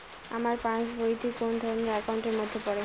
আমার পাশ বই টি কোন ধরণের একাউন্ট এর মধ্যে পড়ে?